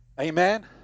Amen